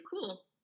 cool